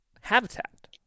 habitat